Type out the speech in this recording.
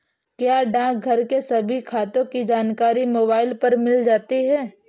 क्या डाकघर के सभी खातों की जानकारी मोबाइल पर मिल जाएगी?